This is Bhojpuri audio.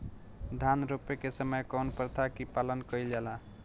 धान रोपे के समय कउन प्रथा की पालन कइल जाला?